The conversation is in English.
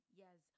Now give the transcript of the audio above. yes